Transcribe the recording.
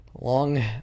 long